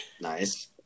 Nice